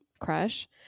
crush